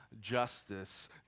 justice